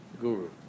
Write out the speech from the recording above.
Guru